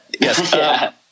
Yes